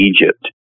Egypt